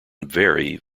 very